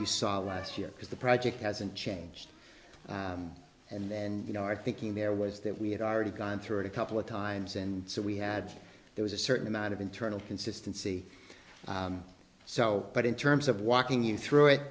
you saw last year because the project hasn't changed and you know our thinking there was that we had already gone through it a couple of times and so we had there was a certain amount of internal consistency so but in terms of walking you through it